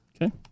Okay